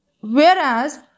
whereas